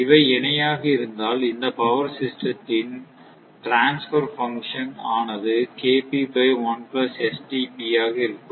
இவை இணையாக இருந்தால் இந்த பவர் ஸிஸ்டெத்தின் ட்ரான்ஸபெர் பங்க்சன் ஆனது ஆக இருக்கும்